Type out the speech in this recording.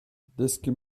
desket